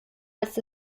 als